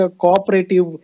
cooperative